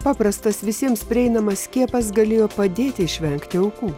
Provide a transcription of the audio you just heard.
paprastas visiems prieinamas skiepas galėjo padėti išvengti aukų